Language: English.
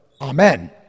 Amen